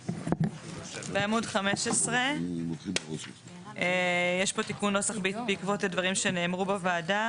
בעמוד 15 יש פה תיקון נוסח בעקבות דברים שנאמרו בוועדה,